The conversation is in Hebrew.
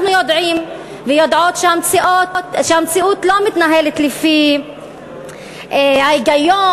אנחנו יודעים ויודעות שהמציאות לא מתנהלת לפי ההיגיון,